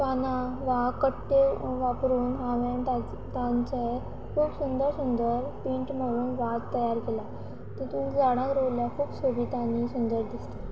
पानां वा कट्ट्यो वापरून हांवें तांचे खूब सुंदर सुंदर पेंट मरून वाज तयार केला तितूंत झाडां रोयल्यां खूब सोबीत आनी सुंदर दिसता